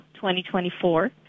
2024